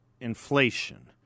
inflation